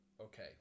okay